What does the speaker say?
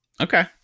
okay